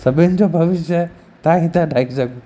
सभिनी जो भविष्य तव्हां हितां ठाहे सघे